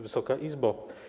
Wysoka Izbo!